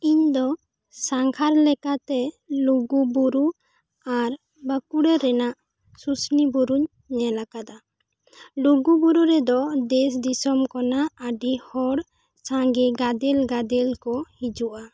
ᱤᱧ ᱫᱚ ᱥᱟᱸᱜᱷᱟᱨ ᱞᱮᱠᱟᱛᱮ ᱞᱩᱜᱩ ᱵᱩᱨᱩ ᱟᱨ ᱵᱟᱸᱠᱩᱲᱟ ᱨᱮᱱᱟᱜ ᱥᱩᱥᱱᱤ ᱵᱩᱨᱩᱧ ᱧᱮᱞ ᱟᱠᱟᱫᱟ ᱞᱩᱜᱩ ᱵᱩᱨᱩ ᱨᱮᱫᱚ ᱫᱮᱥ ᱫᱤᱥᱚᱢ ᱠᱷᱚᱱᱟᱜ ᱟᱹᱰᱤ ᱦᱚᱲ ᱥᱟᱸᱜᱮ ᱜᱟᱫᱮᱞ ᱜᱟᱫᱮᱞ ᱠᱚ ᱦᱤᱡᱩᱜᱼᱟ